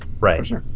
Right